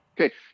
Okay